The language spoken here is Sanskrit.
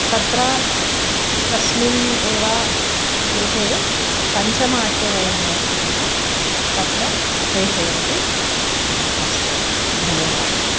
तत्र तस्मिन्नेव गृहे पञ्चमे अट्टे वयं निवसामः तत्र प्रेशयन्तु अस्तु धन्यवादः